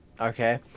Okay